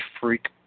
freak